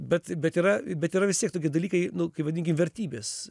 bet bet yra bet yra vis tiek tokie dalykai nu kai vadinkim vertybės